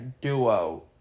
duo